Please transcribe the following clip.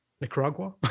nicaragua